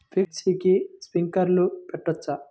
మిర్చికి స్ప్రింక్లర్లు పెట్టవచ్చా?